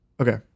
Okay